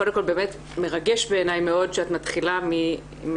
קודם כל באמת מרגש בעיני מאוד שאת מתחילה מהשטח